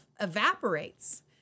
evaporates